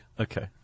Okay